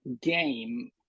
game